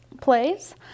plays